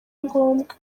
ngombwa